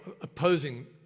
opposing